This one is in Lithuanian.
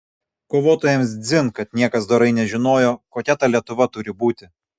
kovotojams dzin kad niekas dorai nežinojo kokia ta lietuva turi būti